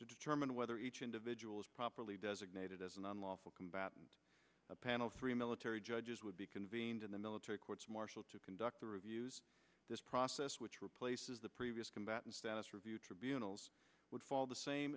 to determine whether each individual is properly designated as an unlawful combatant a panel of three military judges would be convened in the military courts martial to conduct the reviews this process which replaces the previous combatant status review tribunals would follow the same